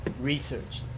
research